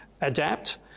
adapt